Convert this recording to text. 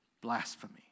blasphemy